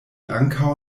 ankaŭ